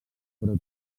però